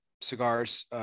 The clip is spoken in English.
cigars